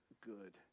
good